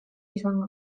izango